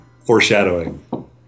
foreshadowing